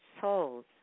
souls